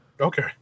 Okay